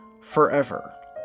forever